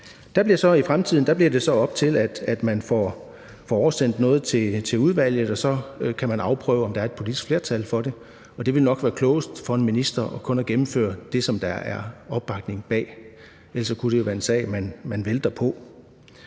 I fremtiden bliver det så op til, at man får oversendt noget til udvalget, og så kan man afprøve, om der er et politisk flertal for det. Det ville nok være klogest for en minister kun at gennemføre det, der er opbakning bag. Ellers kunne det jo være en sag, man vælter på.